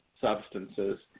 substances